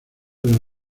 del